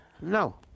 No